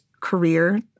career